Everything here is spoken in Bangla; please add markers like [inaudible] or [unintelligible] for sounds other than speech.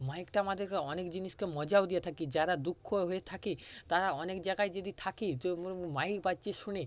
মাইকটা আমাদেরকে অনেক জিনিসকে মজাও দিয়ে থাকে যারা দুঃখি হয়ে থাকে তারা অনেক জায়গায় যদি থাকে তো [unintelligible] মাইক বাজছে শুনে